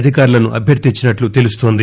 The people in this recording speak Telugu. అధికారులను అభ్యర్థించినట్లు తెలుస్తోంది